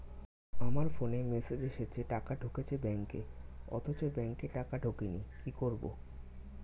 আমার ফোনে মেসেজ এসেছে টাকা ঢুকেছে ব্যাঙ্কে অথচ ব্যাংকে টাকা ঢোকেনি কি করবো?